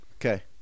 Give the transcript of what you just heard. okay